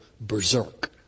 berserk